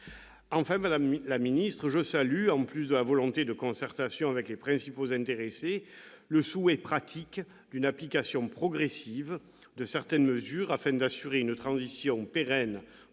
Enfin, madame la ministre, je salue, en plus de la volonté de concertation avec les principaux intéressés, le souhait pratique d'une application progressive de certaines mesures, afin d'assurer une transition pérenne